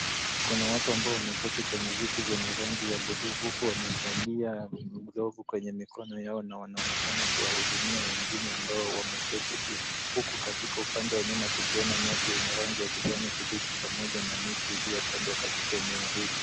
Kuna watu ambao wameketi kwenye viti vyenye rangi ya bluu huku wamevalia glavu kwenye mikono yao na wanaonekana kuwahudumia wengine ambao wameketi pia. Huku katika upande wa nyuma tukiona nyasi yenye rangi ya kijani kibichi pamoja na miti iliyopandwa katika eneo hili.